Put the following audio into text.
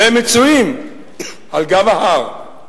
והם מצויים על גב ההר.